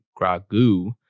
Gragu